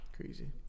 Crazy